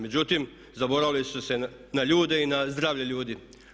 Međutim, zaboravili su se na ljude i na zdravlje ljudi.